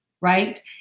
Right